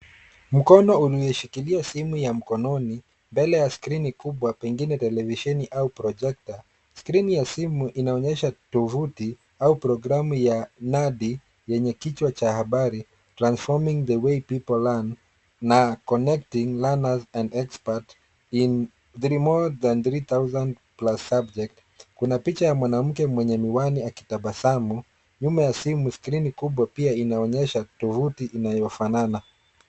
Mkono umeshikilia simu ya mkononi mbele ya skrini kubwa pengine televisheni au projekta. Skrini ya simu inaonyesha tovuti au programu ya nadi yenye kichwa cha habari transforming the way people learn na connecting learners and expert in more than 3000 plus subjects . Kuna picha ya mwanamke mwenye miwani akitabasamu. Nyuma ya simu skrini kubwa pia inaonyesha tovuti inayofanana.